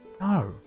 no